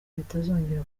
bitazongera